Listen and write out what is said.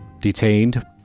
detained